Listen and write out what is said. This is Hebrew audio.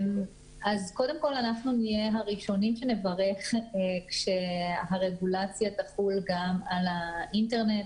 קודם כל אנחנו נהיה הראשונים שנברך כשהרגולציה תחול גם על האינטרנט,